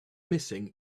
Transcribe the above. missing